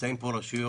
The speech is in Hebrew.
נמצאות פה רשויות